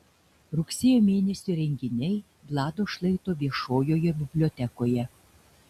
rugsėjo mėnesio renginiai vlado šlaito viešojoje bibliotekoje